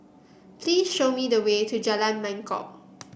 please show me the way to Jalan Mangkok